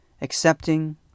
accepting